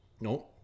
No